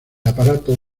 aparato